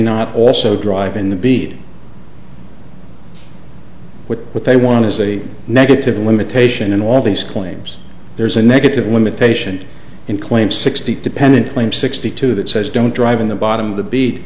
not also drive in the bead with what they want is a negative limitation in all these claims there's a negative limitation and claim sixty dependent claim sixty two that says don't drive in the bottom of the beat